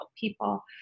people